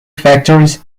factories